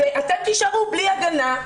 ואתן תישארו בלי גנה.